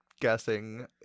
guessing